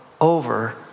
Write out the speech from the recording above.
over